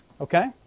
Okay